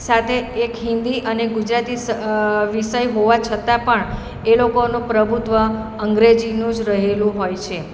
સાથે એક હિન્દી અને ગુજરાતી વિષય હોવા છતાં પણ એ લોકોનું પ્રભુત્વ અંગ્રેજીનું જ રહેલું હોય છે